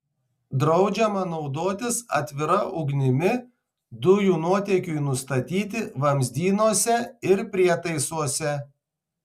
draudžiama naudotis atvira ugnimi dujų nuotėkiui nustatyti vamzdynuose ir prietaisuose